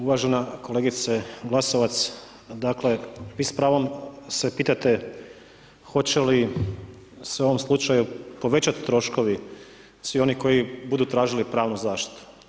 Uvažena kolegice Glasovac, dakle vi s pravom se pitate hoće li se u ovom slučaju povećati troškovi svi oni koji budu tražili pravnu zaštitu.